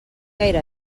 gaire